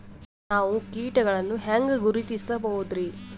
ನಾವು ಕೀಟಗಳನ್ನು ಹೆಂಗ ಗುರುತಿಸಬೋದರಿ?